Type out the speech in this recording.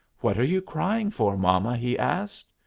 what are you crying for, mama? he asked.